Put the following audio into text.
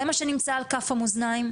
זה מה שנמצא על כף המאזניים.